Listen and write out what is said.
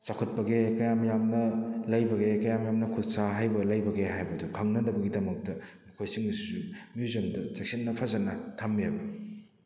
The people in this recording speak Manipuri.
ꯆꯥꯎꯈꯠꯄꯒꯦ ꯀꯌꯥꯝ ꯌꯥꯝꯅ ꯂꯩꯕꯒꯦ ꯀꯌꯥꯝ ꯌꯥꯝꯅ ꯈꯨꯠꯁꯥ ꯍꯩꯕ ꯂꯩꯕꯒꯦ ꯍꯥꯏꯕꯗꯨ ꯈꯪꯅꯕꯒꯤꯗꯃꯛꯇ ꯃꯈꯣꯏꯁꯤꯡꯁꯤꯁꯨ ꯃ꯭ꯌꯨꯖꯤꯌꯝꯗ ꯆꯦꯛꯁꯤꯟꯅ ꯐꯖꯅ ꯊꯝꯃꯦꯕ